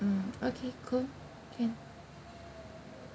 mm okay cool can